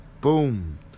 Boom